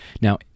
Now